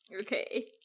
Okay